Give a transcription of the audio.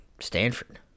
stanford